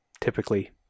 typically